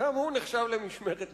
גם הוא נחשב למשמרת מחאה.